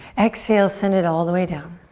exhale, send it all the way down.